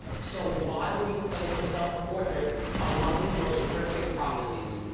so, why would he place a self-portrait among his most cryptic prophecies?